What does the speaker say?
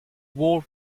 wore